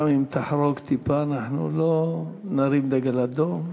גם אם תחרוג טיפה אנחנו לא נרים דגל אדום.